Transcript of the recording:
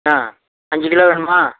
ஆ அஞ்சுக் கிலோ வேணுமா